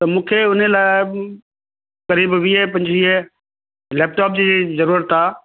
त मूंखे उन लाइ क़रीबु वीह पंजवीह लैपटॉप जी ज़रूरत आहे